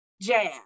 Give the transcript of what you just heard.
Jazz